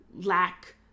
lack